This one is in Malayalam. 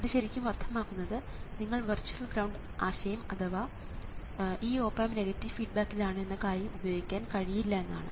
ഇത് ശരിക്കും അർത്ഥമാക്കുന്നത് നിങ്ങൾക്ക് വെർച്വൽ ഗ്രൌണ്ട് ആശയം അഥവാ ഈ ഓപ് ആമ്പ് നെഗറ്റീവ് ഫീഡ്ബാക്കിലാണ് എന്ന കാര്യം ഉപയോഗിക്കാൻ കഴിയില്ല എന്നാണ്